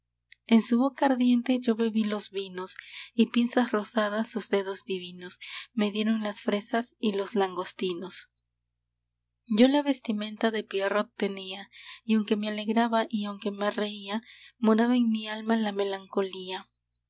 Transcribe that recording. en su boca ardiente yo bebí los vinos y pinzas rosadas sus dedos divinos me dieron las fresas y los langostinos yo la vestimenta de pierrot tenía y aunque me alegraba y aunque me reía moraba en mi alma la melancolía